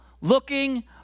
looking